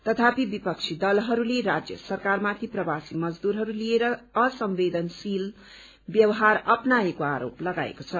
तथापि विपक्षी दलहरूले राज्य सरकारमाथि प्रवासी मजदूरहरू लिएर असंवेदनशील व्यवहार अप्नाएको आरोप लगाएको छ